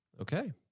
Okay